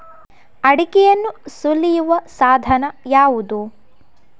ಅಡಿಕೆಯನ್ನು ಸುಲಿಯುವ ಸಾಧನ ಯಾವುದು?